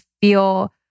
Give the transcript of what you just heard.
feel